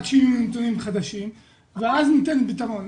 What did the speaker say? עד שיהיו נתונים חדשים ואז לתת פתרון.